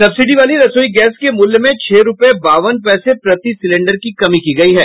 subsidy वाली रसोई gas के मूल्य में छह रुपये बावन पैसे प्रति सिलेंडर की कमी की गई है